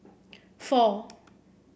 four